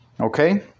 Okay